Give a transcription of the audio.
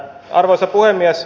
arvoisa puhemies